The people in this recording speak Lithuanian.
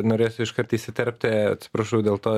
norėsiu iškart įsiterpti atsiprašau dėl to